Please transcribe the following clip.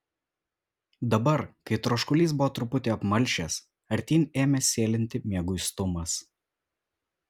dabar kai troškulys buvo truputį apmalšęs artyn ėmė sėlinti mieguistumas